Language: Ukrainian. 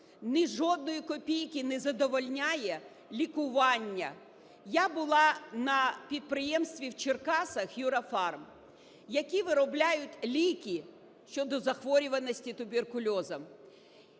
ні жодної копійки не задовольняє лікування. Я була на підприємстві в Черкасах "Юрія-Фарм", які виробляють ліки щодо захворюваності туберкульозом.